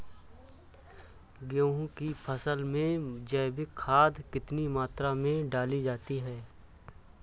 गेहूँ की फसल में जैविक खाद कितनी मात्रा में डाली जाती है?